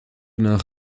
nach